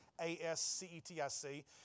A-S-C-E-T-I-C